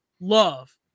love